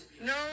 No